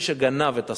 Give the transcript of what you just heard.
מי שגנב את הסכך,